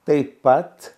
taip pat